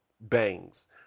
bangs